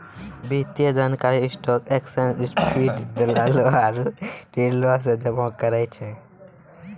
वित्तीय जानकारी stock exchange feed, दलालो आरु डीलरो से जमा करै छै